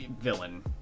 villain